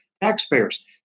Taxpayers